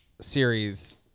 series